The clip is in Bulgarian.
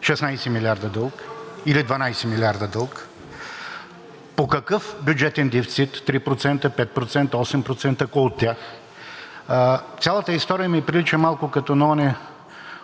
16 милиарда дълг или 12 милиарда дълг? По какъв бюджет дефицит 3%, 5%, 8%, кой от тях? Цялата история ми прилича малко като на оня